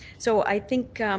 so i think